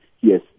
Yes